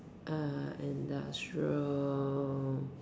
err industrial